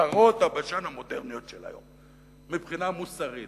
"פרות הבשן" המודרניות של היום מבחינה מוסרית,